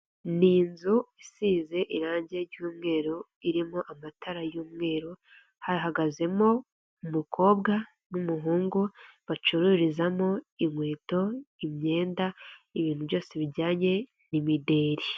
Ni inzu isize irange ry'umweru irimo amatara y'umweru, hahagazemo umukobwa n'umuhungu bacururizamo inkweto, imyenda, ibintu byose bijyanye n'imideri.